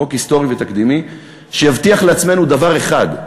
חוק היסטורי ותקדימי, שיבטיח לעצמנו דבר אחד: